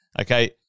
Okay